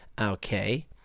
Okay